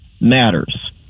matters